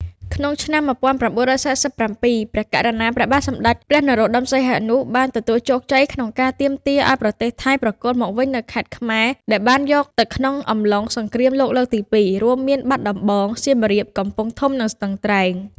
ក្នុងឆ្នាំ១៩៤៧ ព្រះករុណា ព្រះបាទសម្ដេចព្រះនរោត្តម សីហនុ បានទទួលជោគជ័យក្នុងការទាមទារឱ្យប្រទេសថៃប្រគល់មកវិញនូវខេត្តខ្មែរដែលបានយកទៅក្នុងអំឡុងសង្គ្រាមលោកលើកទី២ រួមមានបាត់ដំបង សៀមរាប កំពង់ធំ និងស្ទឹងត្រែង។